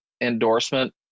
endorsement